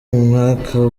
mwaka